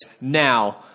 Now